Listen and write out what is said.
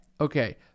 okay